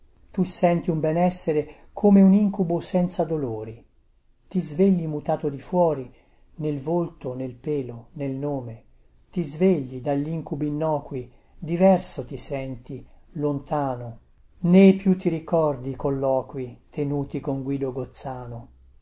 tu senti un benessere come un incubo senza dolori ti svegli mutato di fuori nel volto nel pelo nel nome ti svegli daglincubi innocui diverso ti senti lontano nè più ti ricordi i colloqui tenuti con